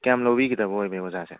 ꯀꯌꯥꯝ ꯂꯧꯕꯤꯒꯗꯕ ꯑꯣꯏꯕ ꯑꯣꯖꯥꯁꯦ